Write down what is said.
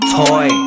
toy